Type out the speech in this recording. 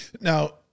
Now